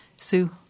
Sue